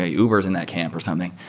ah uber is in that camp or something.